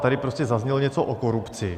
Tady prostě zaznělo něco o korupci.